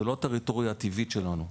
זה לא הטריטוריה הטבעית שלנו.